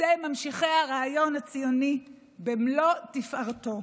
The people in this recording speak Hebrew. אתם ממשיכי הרעיון הציוני במלוא תפארתו.